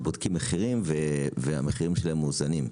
בודקים מחירים והמחירים שלהם מאוזנים,